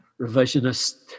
revisionist